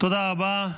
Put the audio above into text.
תודה רבה.